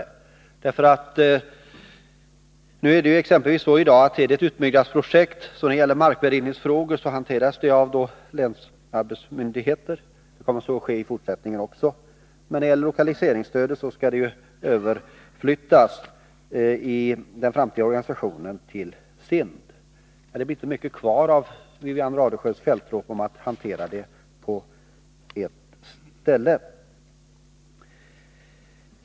I dag är det så att exempelvis ett utbyggnadsprojekt när det gäller markvärderingsfrågor hanteras av länsarbetsmyndigheter, och så kommer att ske också i fortsättningen, medan lokaliseringsstödet i den framtida organisationen skall överflyttas till SIND. Det blir alltså inte mycket kvar av Wivi-Anne Radesjös fältrop om att handlägga frågorna på ett ställe.